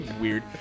Weird